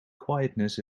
quietness